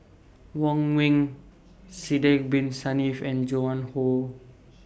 Wong Ming Sidek Bin Saniff and Joan Hon